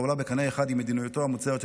העולה בקנה אחד עם מדיניותו המוצהרת של